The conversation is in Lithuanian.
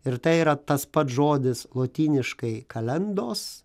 ir tai yra tas pats žodis lotyniškai kalendos